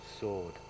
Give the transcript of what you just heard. sword